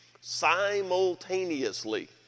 simultaneously